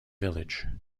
village